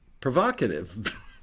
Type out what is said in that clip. provocative